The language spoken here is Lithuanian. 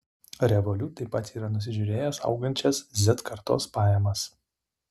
revolut taip pat yra nusižiūrėjęs augančias z kartos pajamas